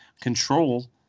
control